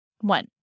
One